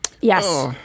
Yes